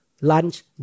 lunch